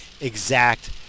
exact